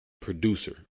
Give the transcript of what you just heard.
producer